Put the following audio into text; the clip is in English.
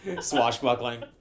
swashbuckling